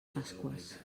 pasqües